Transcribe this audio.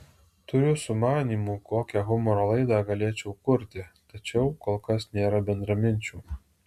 turiu sumanymų kokią humoro laidą galėčiau kurti tačiau kol kas nėra bendraminčių